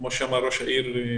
כמו שאמר ראש העיר,